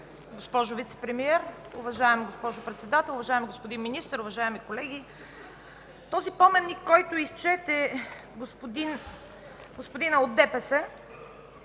госпожо Вицепремиер, уважаема госпожо Председател, уважаеми господин Министър, уважаеми колеги! Този поменик, който изчете господинът от ДПС,